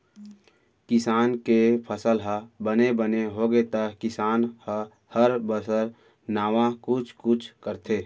किसान के फसल ह बने बने होगे त किसान ह हर बछर नावा कुछ कुछ करथे